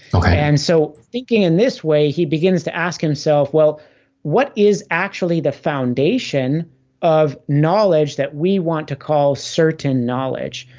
okay and so thinking in this way he begins to ask himself well what is actually the foundation of knowledge that we want to call certain knowledge?